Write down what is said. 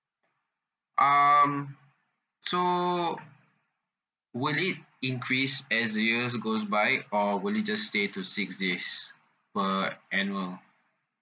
um so will it increase as the year goes by or will it just stay to six days per annual